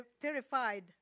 terrified